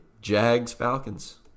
Jags-Falcons